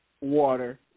water